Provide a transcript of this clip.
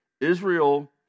Israel